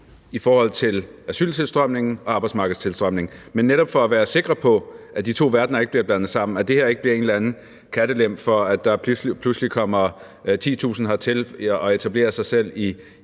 i forhold til asyltilstrømningen og arbejdsmarkedstilstrømningen, men netop for at være sikker på, at de to verdener ikke bliver blandet sammen, altså at der her ikke bliver åbnet en kattelem for, at der pludselig kommer 10.000 hertil og etablerer sig selv i